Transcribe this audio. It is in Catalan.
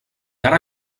ara